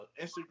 Instagram